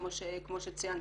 כמו שציינת,